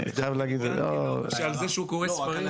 אתה חייב להגיד את זה?! זה שהוא קורא ספרים.